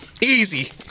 Easy